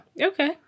Okay